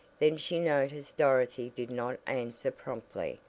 then she noticed dorothy did not answer promptly,